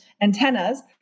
antennas